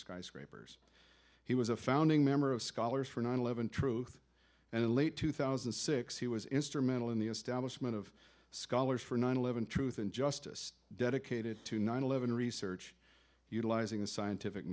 skyscrapers he was a founding member of scholars for nine eleven truth and in late two thousand and six he was instrumental in the establishment of scholars for nine eleven truth and justice dedicated to nine eleven research utilizing the scientific